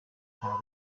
nta